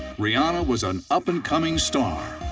rihanna was an up-and-coming star.